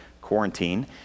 quarantine